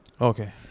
Okay